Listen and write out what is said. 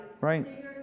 Right